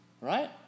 Right